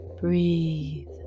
Breathe